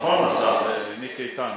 נכון, השר מיקי איתן.